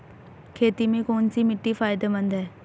खेती में कौनसी मिट्टी फायदेमंद है?